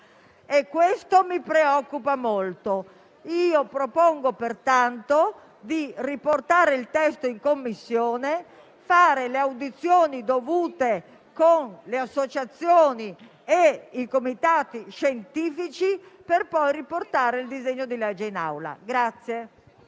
ciò mi preoccupa molto. Propongo pertanto di riportare il testo in Commissione, fare le audizioni dovute, con le associazioni e i comitati scientifici, e poi riportare il disegno di legge in Assemblea.